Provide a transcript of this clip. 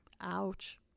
Ouch